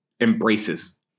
embraces